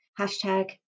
hashtag